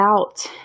out